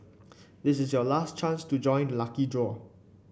this is your last chance to join the lucky draw